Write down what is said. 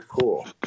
cool